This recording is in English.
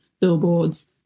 billboards